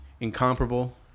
incomparable